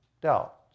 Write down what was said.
doubt